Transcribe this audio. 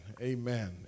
Amen